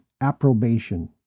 approbation